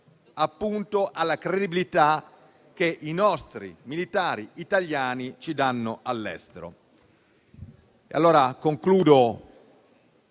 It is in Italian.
appunto alla credibilità che i nostri militari italiani ci conferiscono all'estero.